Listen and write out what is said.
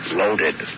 loaded